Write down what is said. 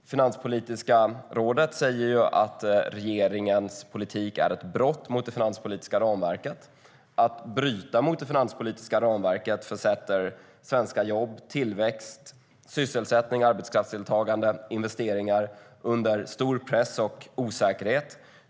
Finanspolitiska rådet säger att regeringens politik är ett brott mot det finanspolitiska ramverket. Att bryta mot det finanspolitiska ramverket försätter svenska jobb, tillväxt, sysselsättning, arbetskraftsdeltagande, investeringar under stor press och osäkerhet.